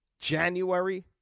January